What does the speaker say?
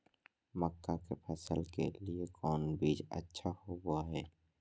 मक्का के फसल के लिए कौन बीज अच्छा होबो हाय?